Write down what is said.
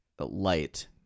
light